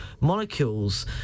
molecules